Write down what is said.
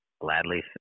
gladly